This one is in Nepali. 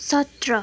सत्र